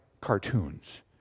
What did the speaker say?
cartoons